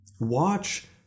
Watch